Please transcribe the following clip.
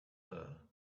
her